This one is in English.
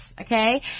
Okay